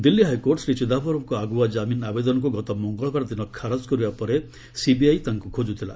Delhi high court Shri ଚିଦାୟରମଙ୍କ ଆଗୁଆ କାମିନ୍ ଆବେଦନକୁ ଗତ ମଙ୍ଗଳବାର ଦିନ ଖାରଜ କରିବା ପରେ ସିବିଆଇ ତାଙ୍କୁ ଖୋକୁଥିଲା